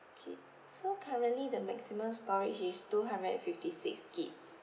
okay so currently the maximum storage is two hundred and fifty six G_B